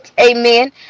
amen